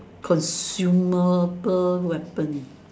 consumable weapon